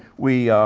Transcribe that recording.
we,